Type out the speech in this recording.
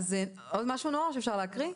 אז עוד משהו נועה, או שאפשר להקריא?